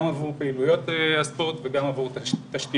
גם עבור פעילויות הספורט, וגם עבור המתקנים.